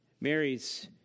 Mary's